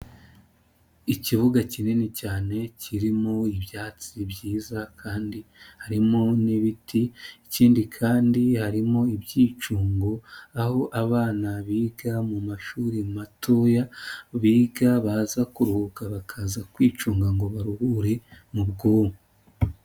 Ikibuga kinini cyane kirimo ibyatsi byiza kandi harimo n'ibiti, ikindi kandi harimo ibyicungo aho abana biga mu mashuri matoya biga baza kuruhuka bakaza kwicunga ngo baruhure mu bwonko.